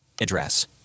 Address